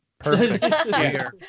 Perfect